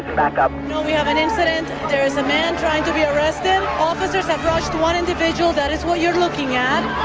you know we have an incident. there is a man trying to be arrested. officers have rushed one individual. that is what you're looking at.